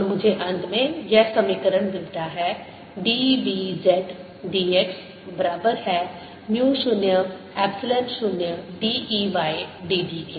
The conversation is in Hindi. और मुझे अंत में यह समीकरण मिलता है d B z dx बराबर है mu 0 epsilon 0 d E y dt के